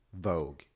Vogue